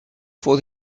for